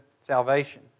salvation